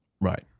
Right